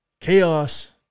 chaos